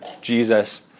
Jesus